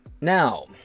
now